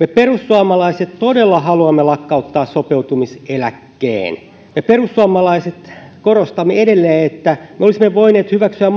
me perussuomalaiset todella haluamme lakkauttaa sopeutumiseläkkeen me perussuomalaiset korostamme edelleen että me olisimme voineet hyväksyä